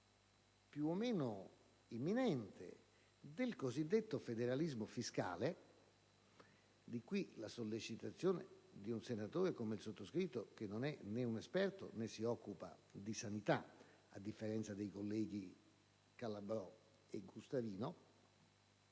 più o meno imminente, del cosiddetto federalismo fiscale - di qui la sollecitazione di un senatore, come il sottoscritto, che non è né un esperto, né si occupa di sanità, a differenza dei colleghi Calabrò e Gustavino